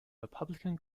republican